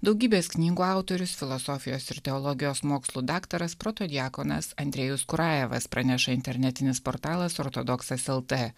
daugybės knygų autorius filosofijos ir teologijos mokslų daktaras protodiakonas andrejus kurajevas praneša internetinis portalas ortodoksas lt